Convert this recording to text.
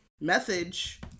message